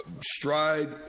stride